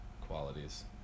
qualities